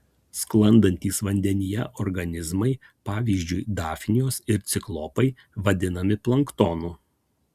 sklandantys vandenyje organizmai pavyzdžiui dafnijos ir ciklopai vadinami planktonu